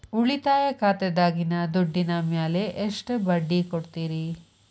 ಉಳಿತಾಯ ಖಾತೆದಾಗಿನ ದುಡ್ಡಿನ ಮ್ಯಾಲೆ ಎಷ್ಟ ಬಡ್ಡಿ ಕೊಡ್ತಿರಿ?